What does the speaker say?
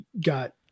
got